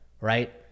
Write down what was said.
right